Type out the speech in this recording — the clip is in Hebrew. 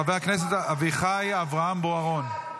חבר הכנסת אביחי אברהם בוארון.